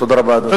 תודה רבה, אדוני.